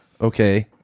Okay